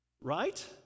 right